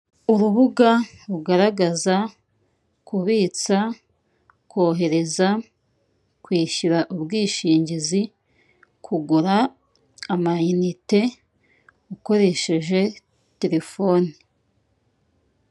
Urubuga rugaragaza kubitsa, kohereza, kwishyura ubwishingizi, kugura amayinite ukoresheje telefone.